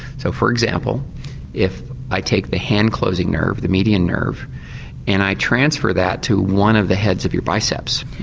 so for example if i take the hand-closing nerve, the median nerve and i transfer that to one of the heads of your biceps.